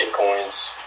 bitcoins